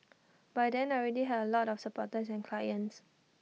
by then I already had A lot of supporters and clients